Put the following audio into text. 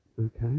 okay